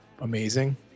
amazing